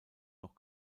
noch